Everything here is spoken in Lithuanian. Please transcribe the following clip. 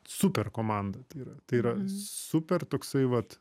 super komanda tai yra tai yra super toksai vat